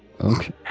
Okay